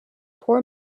poor